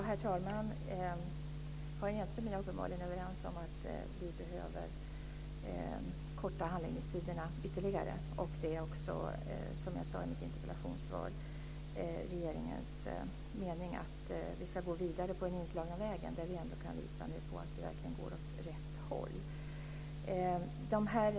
Herr talman! Karin Enström och jag är uppenbarligen överens om att vi behöver korta handläggningstiderna ytterligare. Det är också, som jag sade i mitt interpellationssvar, regeringens mening att vi ska gå vidare på den inslagna vägen. Vi kan nu ändå visa på att vi verkligen går åt rätt håll.